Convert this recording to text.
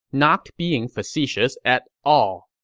not being facetious at all.